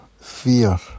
fear